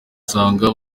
usanga